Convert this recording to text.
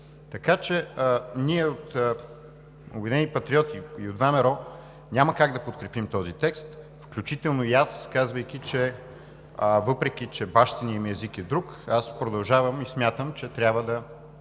така че ние от „Обединени патриоти“ и от ВМРО няма как да подкрепим този текст, включително и аз. Въпреки че бащиният ми език е друг, аз продължавам и смятам, че трябва да